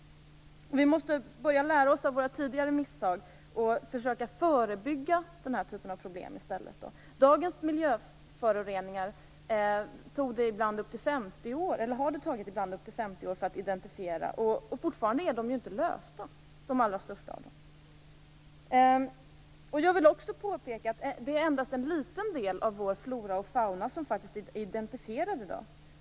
Vi måste börja lära oss av våra tidigare misstag och försöka förebygga den här typen av problem i stället. Dagens miljöföroreningar har det ibland tagit upp till 50 år att identifiera, och fortfarande är de allra största av dessa föroreningar inte åtgärdade. Jag vill också påpeka att endast en liten del av vår flora och fauna i dag är identifierad.